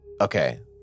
Okay